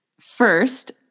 First